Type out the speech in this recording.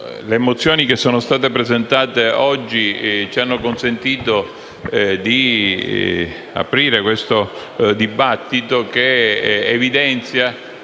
le mozioni presentate oggi ci hanno consentito di aprire questo dibattito che evidenzia